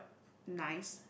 nice